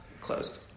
closed